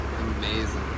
Amazing